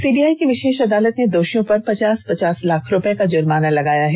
CBI की विषेष अदालत ने दोषियों पर पचास पचास लाख रूपये का जुर्माना भी लगाया है